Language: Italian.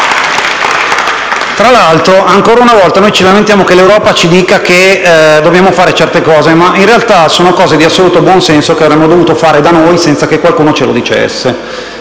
Tra l'altro, ancora una volta ci lamentiamo che l'Europa ci dica che dobbiamo fare certe cose, ma in realtà sono cose di assoluto buonsenso che avremmo dovuto fare da noi senza che qualcuno ce lo dicesse.